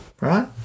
right